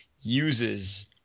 uses